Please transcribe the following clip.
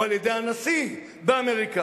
או על-ידי הנשיא באמריקה.